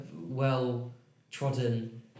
well-trodden